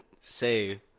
say